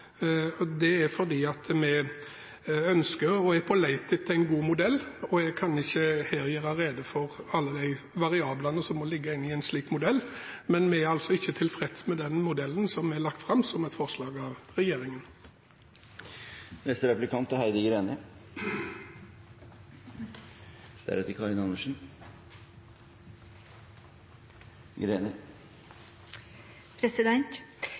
har. Det er fordi vi ønsker og er på leit etter en god modell. Jeg kan ikke her gjøre rede for alle variablene som må ligge inne i en slik modell, men vi er ikke tilfreds med den modellen som er lagt fram som et forslag fra regjeringen.